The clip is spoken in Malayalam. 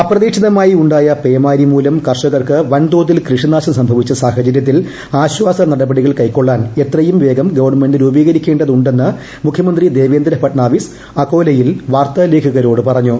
അപ്രതീക്ഷിതമായി ഉണ്ടായ പേമാരി മൂലം കർഷകർക്ക് വൻതോതിൽ കൃഷിനാശം സംഭവിച്ച സാഹചര്യത്തിൽ ആശ്വാസ നടപടികൾ കൈകൊള്ളാൻ എത്രയും വേഗം ഗവൺമെന്റ് രൂപീകരിക്കേണ്ടതുണ്ടെന്ന് മുഖ്യമന്ത്രി ദേവേന്ദ്ര ഫട്നാവിസ് അകോലയിൽ വാർത്താലേഖകരോട് പറഞ്ഞു